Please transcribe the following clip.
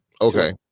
Okay